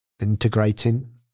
integrating